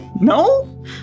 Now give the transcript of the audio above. No